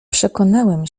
przekonałem